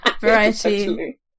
Variety